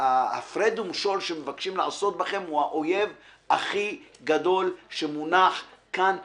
ההפרד ומשול שמבקשים לעשות בכם הוא האויב הכי גדול שמונח כאן לפתחכם.